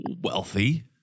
wealthy